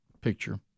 picture